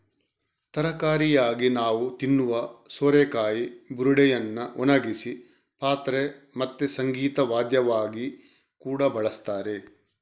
ತರಕಾರಿಯಾಗಿ ನಾವು ತಿನ್ನುವ ಸೋರೆಕಾಯಿ ಬುರುಡೆಯನ್ನ ಒಣಗಿಸಿ ಪಾತ್ರೆ ಮತ್ತೆ ಸಂಗೀತ ವಾದ್ಯವಾಗಿ ಕೂಡಾ ಬಳಸ್ತಾರೆ